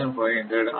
8 into 1500